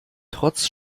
trotz